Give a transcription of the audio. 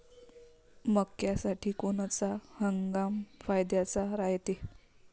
मक्क्यासाठी कोनचा हंगाम फायद्याचा रायते?